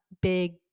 big